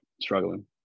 struggling